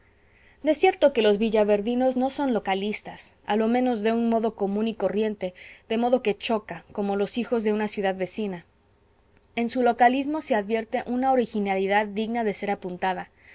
segura de cierto que los villaverdinos no son localistas a lo menos de un modo común y corriente de modo que choca como los hijos de una ciudad vecina en su localismo se advierte una originalidad digna de ser apuntada